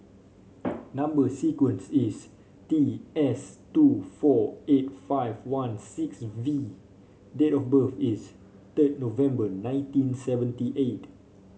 number sequence is T S two four eight five one six V date of birth is third November nineteen seventy eight